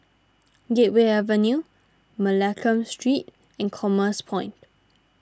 Gateway Avenue Mccallum Street and Commerce Point